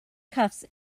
cuffs